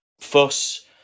fuss